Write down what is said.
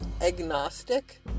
Agnostic